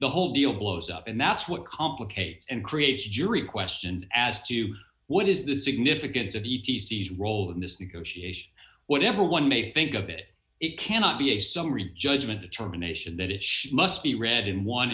the whole deal blows up and that's what complicates and creates a jury questions as to what is the significance of the tcas role in this negotiation whatever one may think of it it cannot be a summary judgment determination that it should must be read in one